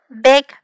big